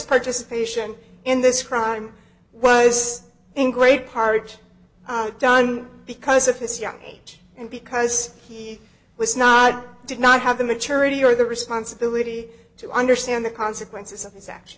participation in this crime was in great part done because of his young age and because he was not did not have the maturity or the responsibility to understand the consequences of his act